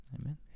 amen